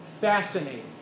Fascinating